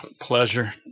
Pleasure